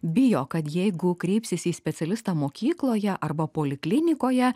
bijo kad jeigu kreipsis į specialistą mokykloje arba poliklinikoje